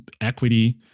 equity